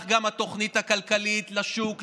וכך גם התוכנית הכלכלית לשוק,